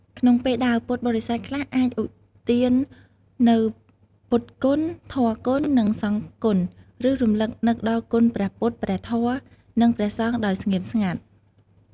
ក្នុងពេលដើរ ពុទ្ធបរិស័ទខ្លះអាចឧទាននូវពុទ្ធគុណ ធម៌គុណ និងសង្ឃគុណ ឬរំលឹកនឹកដល់គុណព្រះពុទ្ធ ព្រះធម៌ និងព្រះសង្ឃដោយស្ងៀមស្ងាត់។